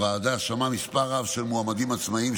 הוועדה שמעה מספר רב של מועמדים עצמאיים,